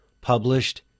published